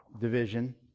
division